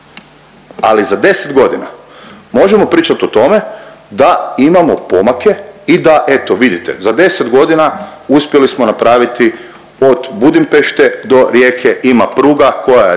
Ali za 10 godina možemo pričat o tome da imamo pomake i da eto, vidite, za 10 godina uspjeli smo napraviti od Budimpešte do Rijeke ima pruga koja je